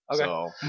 Okay